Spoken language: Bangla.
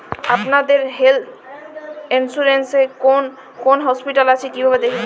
আপনাদের হেল্থ ইন্সুরেন্স এ কোন কোন হসপিটাল আছে কিভাবে দেখবো?